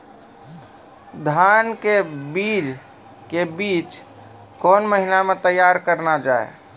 धान के बीज के बीच कौन महीना मैं तैयार करना जाए?